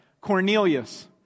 Cornelius